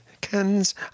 cans